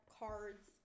cards